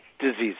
diseases